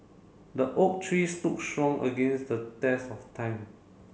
the oak tree stood strong against the test of time